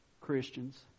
Christians